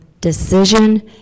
Decision